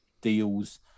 deals